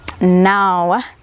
now